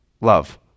Love